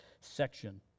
section